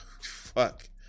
Fuck